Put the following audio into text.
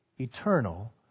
eternal